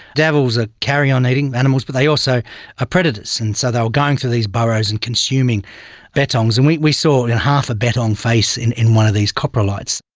devils are carrion eating animals but they also are ah predators and so they were going through these burrows and consuming bettongs. and we we saw half a bettong face in in one of these coprolites.